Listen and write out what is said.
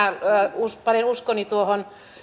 minä panen uskoni tuohon